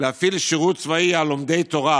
להפעיל שירות צבאי על לומדי תורה,